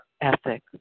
ethic